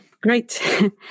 great